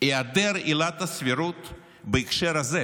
היעדר עילת הסבירות בהקשר הזה